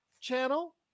channel